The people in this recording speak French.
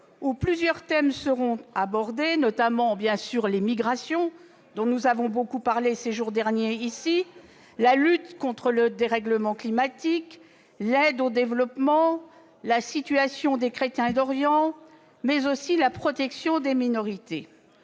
sur plusieurs thèmes, notamment l'émigration, dont nous avons beaucoup parlé, ici même, ces jours derniers, la lutte contre le dérèglement climatique, l'aide au développement, la situation des chrétiens d'Orient, mais aussi la protection des minorités.